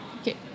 Okay